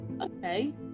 okay